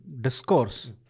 discourse